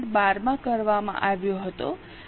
12 માં કરવામાં આવ્યો હતો